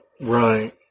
Right